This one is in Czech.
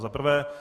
Za prvé.